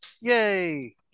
Yay